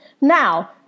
Now